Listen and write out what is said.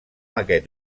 aquest